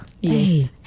yes